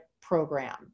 program